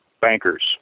bankers